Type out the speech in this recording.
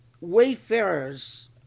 wayfarers